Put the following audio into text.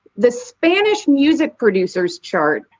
the spanish music producers chart,